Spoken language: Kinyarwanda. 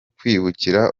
kwikubira